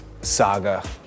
saga